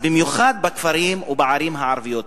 אז במיוחד בכפרים ובערים הערביים,